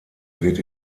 wird